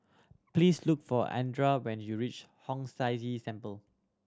please look for Andra when you reach Hong San See Temple